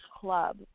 Club